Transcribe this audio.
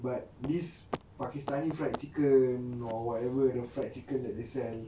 but this pakistani fried chicken or whatever the fried chicken that they sell